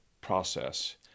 process